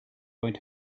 going